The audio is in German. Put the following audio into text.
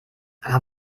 aber